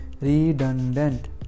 Redundant